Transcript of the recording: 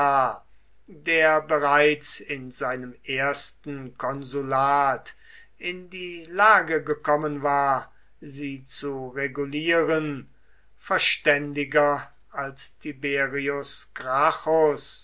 der bereits in seinem ersten konsulat in die lage gekommen war sie zu regulieren verständiger als tiberius